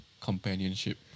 companionship